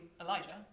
Elijah